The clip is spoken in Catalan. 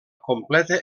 completa